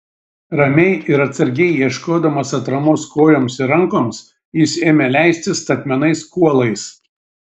ramiai ir atsargiai ieškodamas atramos kojoms ir rankoms jis ėmė leistis statmenais kuolais